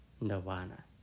nirvana